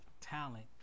talent